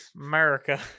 America